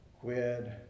quid